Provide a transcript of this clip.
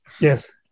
Yes